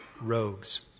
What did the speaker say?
rogues